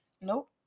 Nope